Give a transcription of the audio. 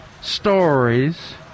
stories